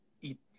eat